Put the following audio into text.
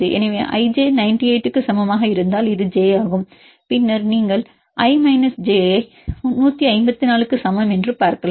எனவே ij 98 க்கு சமமாக இருந்தால் இது j ஆகும் பின்னர் நீங்கள் i மைனஸ் j ஐ இது 154 க்கு சமம் என்று பார்க்கலாம்